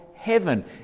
heaven